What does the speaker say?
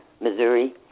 Missouri